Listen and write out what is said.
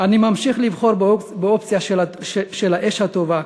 אני ממשיך לבחור באופציה של האש הטובה,